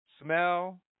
smell